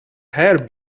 hair